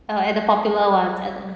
uh at the popular ones at